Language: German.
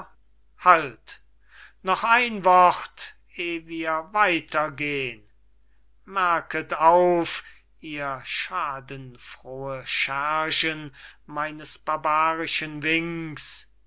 halt noch ein wort eh wir weiter gehn merket auf ihr schadenfrohe schergen meines barbarischen winks